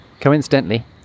Coincidentally